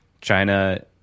China